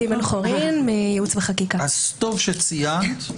טוב שציינת.